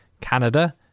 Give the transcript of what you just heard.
Canada